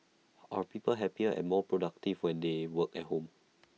are people happier and more productive when they work at home